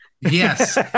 Yes